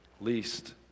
least